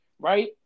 right